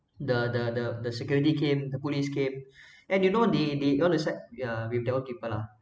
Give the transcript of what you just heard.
the the the the security came the police came and you know the they wanna side with their own people lah